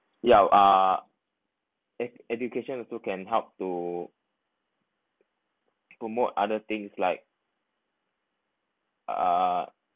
ya uh ed~ education also can help to promote other things like uh